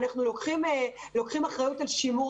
אנחנו לוקחים אחריות על שימור